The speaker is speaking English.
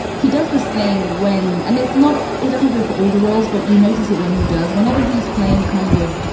he does this thing when and it's not. it doesn't do it for all the roles. but you notice it when he does, whenever he's playing kind of